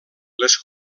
les